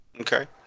Okay